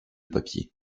papier